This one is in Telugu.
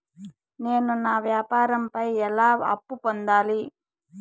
నేను నా వ్యాపారం పై ఎలా అప్పు పొందాలి?